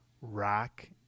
Rock